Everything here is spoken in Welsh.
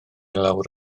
lawr